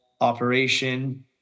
operation